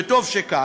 וטוב שכך,